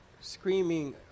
screaming